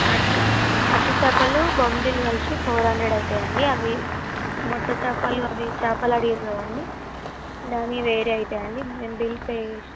అట్టి అట్టి చేపలు బొమ్మిడాయిలు కలిసి ఫోర్ హండ్రెడ్ అయితాయి అండి అవి మొట్ట చేపలు అవి చేపలు అడిగిర్రు కదండి దానివి వేరే అయితాయి అండి మేము బిల్లు పే చేస్